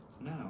No